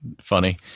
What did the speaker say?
funny